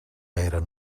eren